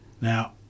Now